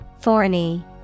Thorny